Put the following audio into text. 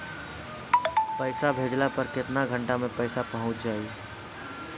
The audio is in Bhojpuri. पैसा भेजला पर केतना घंटा मे पैसा चहुंप जाई?